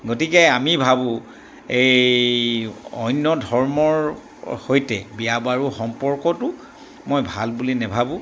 গতিকে আমি ভাবোঁ এই অন্য ধৰ্মৰ সৈতে বিয়া বাৰু সম্পৰ্কটো মই ভাল বুলি নাভাবোঁ